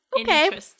okay